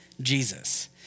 Jesus